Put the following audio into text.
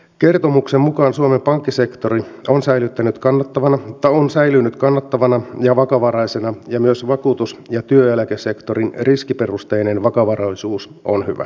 kertomuksen mukaan suomen pankkisektori on säilynyt kannattavana ja vakavaraisena ja myös vakuutus ja työeläkesektorin riskiperusteinen vakavaraisuus on hyvä